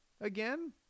again